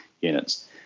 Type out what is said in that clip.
units